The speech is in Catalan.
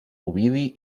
ovidi